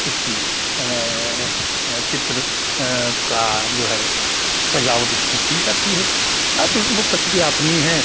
इसकी चित्र का जो है सजावट उसकी की जाती है अब वह प्रतिक्रिया अपनी है